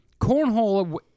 cornhole